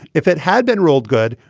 if it had been ruled good,